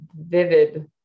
vivid